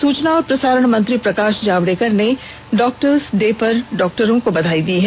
वहीं सूचना और प्रसारण मंत्री प्रकाश जावड़ेकर ने डॉक्टर दिवस पर डॉक्टरों को बधाई दी है